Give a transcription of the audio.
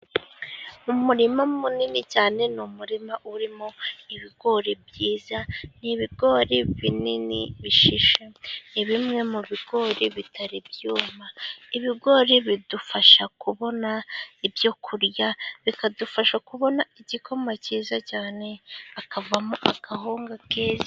Umurima munini cyane, n'umurima urimo ibigori byiza, N'ibigori binini bishishe ni bimwe mu bigori bitari ibyuma. Ibigori bidufasha kubona ibyokurya, bikadufasha kubona igikoma cyiza cyane, havamo n'akawunga keza.